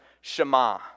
Shema